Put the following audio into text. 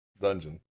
dungeon